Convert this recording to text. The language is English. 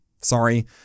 Sorry